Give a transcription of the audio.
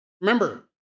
Remember